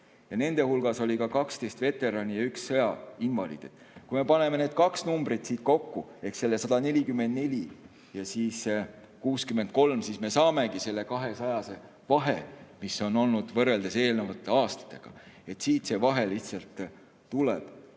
Nende hulgas oli ka 12 veterani ja üks sõjainvaliidid. Kui me paneme need kaks numbrit kokku ehk 144 ja 63, siis me saamegi selle kahesajase vahe, mis on olnud võrreldes eelnevate aastatega. Siit see vahe lihtsalt tuleb.